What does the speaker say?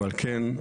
ועל כן,